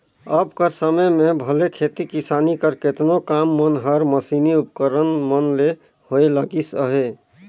अब कर समे में भले खेती किसानी कर केतनो काम मन हर मसीनी उपकरन मन ले होए लगिस अहे